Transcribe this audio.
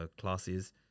classes